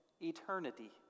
Eternity